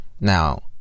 now